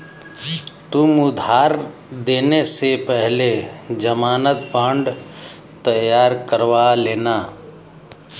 तुम उधार देने से पहले ज़मानत बॉन्ड तैयार करवा लेना